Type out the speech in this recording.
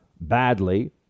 badly